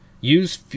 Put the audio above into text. use